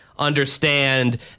understand